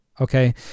okay